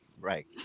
right